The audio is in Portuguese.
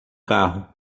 carro